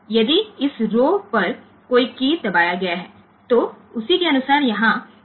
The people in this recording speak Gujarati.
તેથી તે મુજબ આપણને આ મળશે અને જેથી આ રૉ પર કોઈ કી દબાવવામાં આવે તો તે મુજબ અહીં અનુરૂપ બીટ 0 બનશે